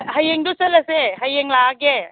ꯍꯌꯦꯡꯗꯣ ꯆꯠꯂꯁꯦ ꯍꯌꯦꯡ ꯂꯥꯛꯑꯒꯦ